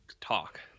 talk